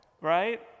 right